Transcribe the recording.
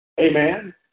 Amen